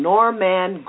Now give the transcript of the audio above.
Norman